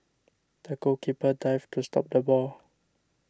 the goalkeeper dived to stop the ball